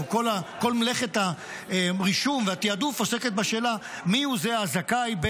כל מלאכת הרישום והתיעדוף עוסקת בשאלה מיהו הזכאי,